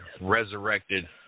resurrected